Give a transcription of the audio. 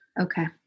Okay